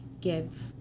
give